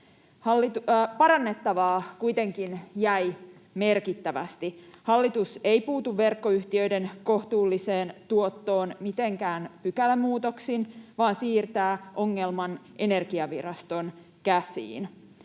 Parannettavaa kuitenkin jäi merkittävästi. Hallitus ei puutu verkkoyhtiöiden kohtuulliseen tuottoon mitenkään pykälämuutoksin vaan siirtää ongelman Energiaviraston käsiin.